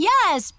Yes